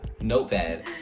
notepad